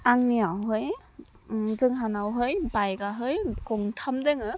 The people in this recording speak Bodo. आंनियावहै जोंहानाहै बाइकआहै गंथाम दोङो